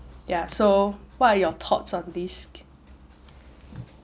ya so what are your thoughts on this